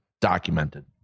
Documented